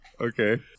Okay